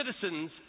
citizens